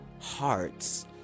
hearts